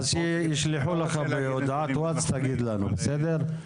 אז שיישלחו לך בהודעת ווטסאפ תגיד לנו, בסדר?